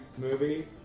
Movie